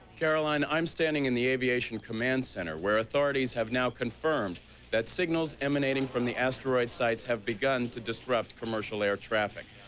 caroline, i'm standing in the aviation command center. where authorities have now confirmed that signals signals emanating from the asteroid sites have begun to disrupt commercial air traffic.